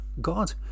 God